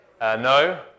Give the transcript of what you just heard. No